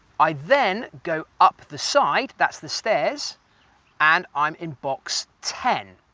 i then go up the side that's the stairs and i'm in box ten.